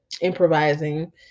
improvising